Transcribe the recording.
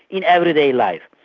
in everyday life.